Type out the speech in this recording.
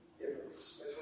difference